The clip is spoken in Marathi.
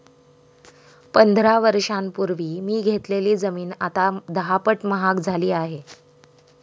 पंधरा वर्षांपूर्वी मी घेतलेली जमीन आता दहापट महाग झाली आहे